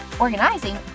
organizing